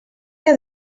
que